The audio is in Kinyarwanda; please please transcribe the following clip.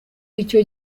icyo